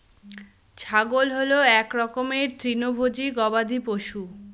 ছাগল হল এক রকমের তৃণভোজী গবাদি পশু